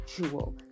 Jewel